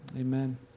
Amen